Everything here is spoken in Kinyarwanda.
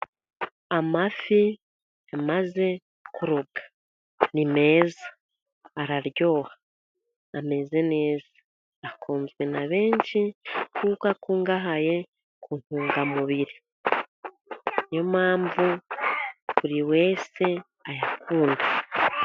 Amafi amaze kurobwa ni meza araryoha ameze neza. Akunzwe na benshi kuko akungahaye ku ntungamubiri, niyo mpamvu buri wese ayakunda.